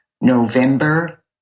November